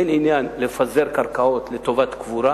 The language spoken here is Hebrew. אין עניין לפזר קרקעות לטובת קבורה,